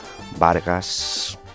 Vargas